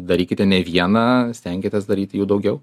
darykite ne vieną stenkitės daryti jų daugiau